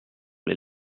les